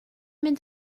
mynd